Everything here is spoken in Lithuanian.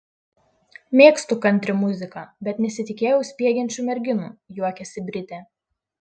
mėgstu kantri muziką bet nesitikėjau spiegiančių merginų juokiasi britė